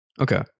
Okay